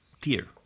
tier